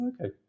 okay